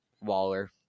Waller